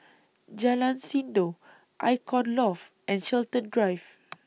Jalan Sindor Icon Loft and Chiltern Drive